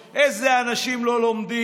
איזה חסרי ניסיון, איזה אנשים לא לומדים.